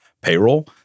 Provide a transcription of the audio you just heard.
payroll